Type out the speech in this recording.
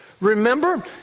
Remember